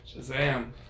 Shazam